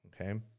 Okay